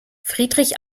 friedrich